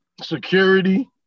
security